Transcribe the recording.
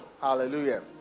Hallelujah